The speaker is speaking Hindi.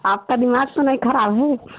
आपका दिमाग़ तो नहीं ख़राब है